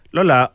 Lola